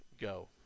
go